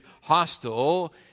hostile